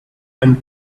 and